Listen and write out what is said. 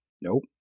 nope